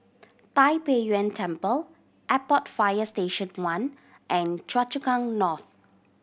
Tai Pei Yuen Temple Airport Fire Station One and Choa Chu Kang North